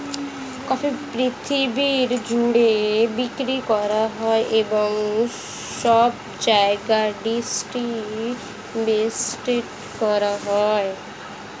coffee পৃথিবী জুড়ে বিক্রি করা হয় এবং সব জায়গায় ডিস্ট্রিবিউট হয়